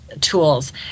tools